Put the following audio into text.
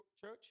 church